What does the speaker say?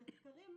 המחקרים,